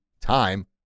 time